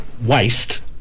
waste